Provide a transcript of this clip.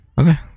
okay